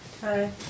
Hi